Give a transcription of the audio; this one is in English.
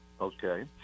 okay